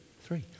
three